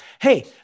Hey